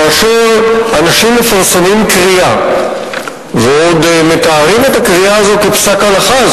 כאשר אנשים מפרסמים קריאה ועוד מתארים את הקריאה הזאת כפסק הלכה,